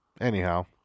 Anyhow